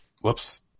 Whoops